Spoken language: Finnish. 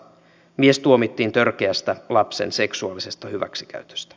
mies tuomittiin törkeästä lapsen seksuaalisesta hyväksikäytöstä